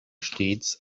stets